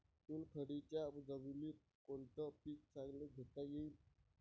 चुनखडीच्या जमीनीत कोनतं पीक चांगलं घेता येईन?